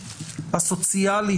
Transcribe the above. הסוציאלי,